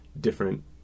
different